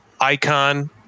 icon